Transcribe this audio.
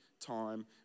time